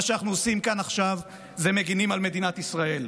מה שאנחנו עושים כאן עכשיו זה להגן על מדינת ישראל.